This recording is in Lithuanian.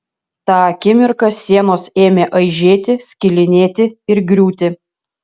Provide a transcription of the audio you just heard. tą akimirką sienos ėmė aižėti skilinėti ir griūti